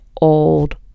old